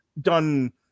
done